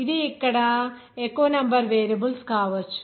ఇది అక్కడ ఎక్కువ నెంబర్ వేరియబుల్స్ కావచ్చు